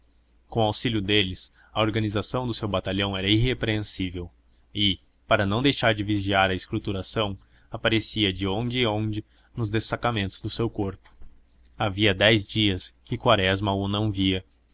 com auxílio deles a organização do seu batalhão era irrepreensível e para não deixar de vigiar a escrituração aparecia de onde em onde nos destacamentos do seu corpo havia dez dias que quaresma o não via